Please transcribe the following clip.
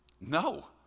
No